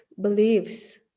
beliefs